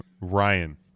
Ryan